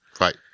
Right